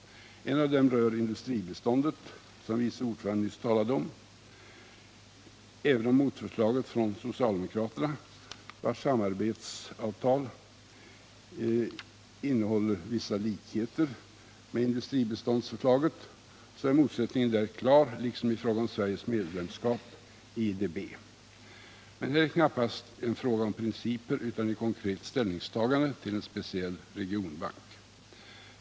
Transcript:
En av dem rör industribiståndet, som utskottets vice ordförande nyss talade om. Även om samarbetsavtalet i socialdemokraternas motförslag innehåller vissa likheter med industribiståndsförslaget, är motsättningen klar, liksom i fråga om Sveriges medlemskap i IDB. Men det är knappast en fråga om principer, utan ett konkret ställningstagande till en speciell regionbank.